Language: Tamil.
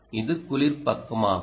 இது குளிர் பக்கமாகும்